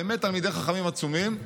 באמת תלמידי חכמים עצומים.